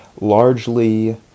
largely